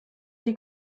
die